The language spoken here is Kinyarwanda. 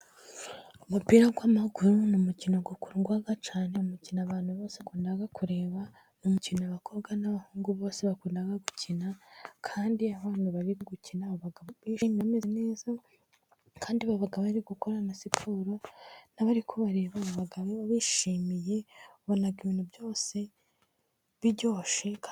Umupira w'amahugu ni umukino ukundwa cyane. Umukino abantu bose bakunda kureba. Ni umukino abakobwa n'abahungu bose bakunda gukina, kandi iyo abantu bari kuwukina, ubona bimeze neza, kandi baba bari gukora na siporo, n'abari kubareba na bo babishimiye ubona ibintu byose biryoshye.